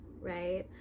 right